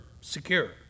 secure